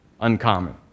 uncommon